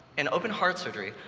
in open-heart surgery,